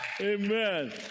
amen